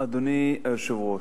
אדוני היושב-ראש,